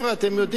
אתם יודעים מה?